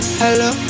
hello